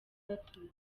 batwite